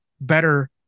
better